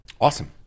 Awesome